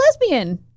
lesbian